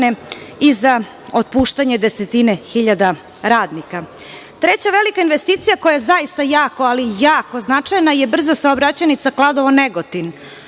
i za otpuštanje desetina hiljada radnika. Treća velika investicija koja je jako značajna je brza saobraćajnica Kladovo – Negotin,